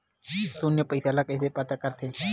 शून्य पईसा ला कइसे पता करथे?